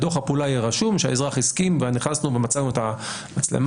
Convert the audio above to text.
בדוח הפעולה יהיה רשום שהאזרח הסכים ונכנסנו ומצאנו את המצלמה,